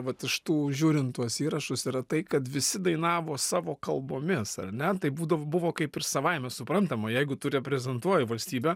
vat iš tų žiūrint tuos įrašus yra tai kad visi dainavo savo kalbomis ar ne tai būdavo buvo kaip ir savaime suprantama jeigu tu reprezentuoji valstybę